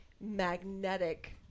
magnetic